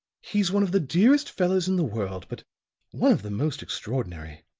he's one of the dearest fellows in the world, but one of the most extraordinary.